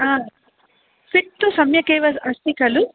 आ फिट् तु सम्यक् एव अस्ति खलु